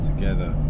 Together